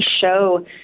show